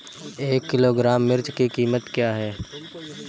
एक किलोग्राम मिर्च की कीमत क्या है?